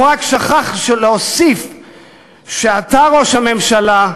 הוא רק שכח להוסיף שאתה, ראש הממשלה,